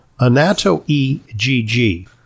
Anato-E-GG